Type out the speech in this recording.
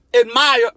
admire